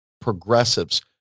progressives